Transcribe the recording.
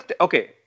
okay